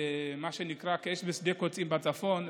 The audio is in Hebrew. מה שנקרא כאש בשדה קוצים בצפון,